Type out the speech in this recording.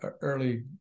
early